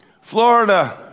Florida